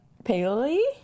Paley